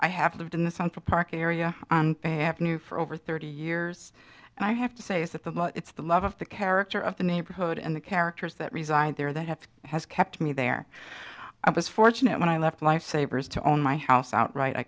i have lived in the south park area on a ave for over thirty years and i have to say is that the it's the love of the character of the neighborhood and the characters that reside there that have has kept me there i was fortunate when i left lifesavers to own my house outright i